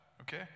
Okay